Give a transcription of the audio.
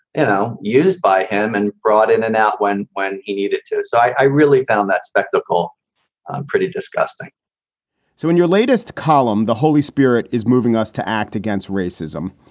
you know, used by him and brought in and out when when he needed to. so i really found that spectacle pretty disgusting so in your latest column, the holy spirit is moving us to act against racism.